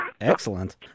Excellent